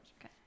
okay